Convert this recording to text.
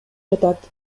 жатат